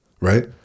right